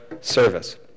service